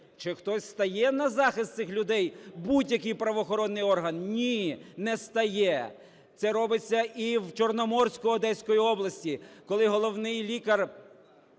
Чи хтось стає на захист цих людей, будь-який правоохоронний орган? Ні, не стає. Це робиться і в Чорноморську Одеської області, коли головний лікар